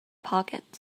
pockets